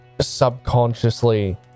subconsciously